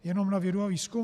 Jenom na vědu a výzkum?